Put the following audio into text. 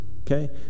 okay